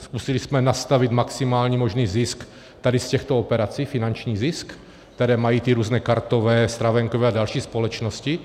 Zkusili jsme nastavit maximální možný zisk tady z těchto operací, finanční zisk, které mají ty různé kartové, stravenkové a další společnosti?